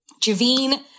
Javine